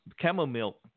chamomile